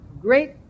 great